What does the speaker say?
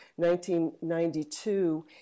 1992